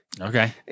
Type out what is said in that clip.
Okay